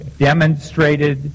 Demonstrated